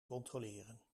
controleren